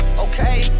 Okay